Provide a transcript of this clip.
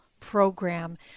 program